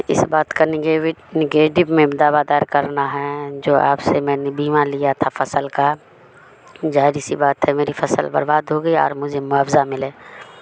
اس بات کا نگی نگیٹب میں دعوادار کرنا ہے جو آپ سے میں نے بیمہ لیا تھا فصل کا جاہر سی بات ہے میری فصل برباد ہوگی اور مجھے موضہ ملے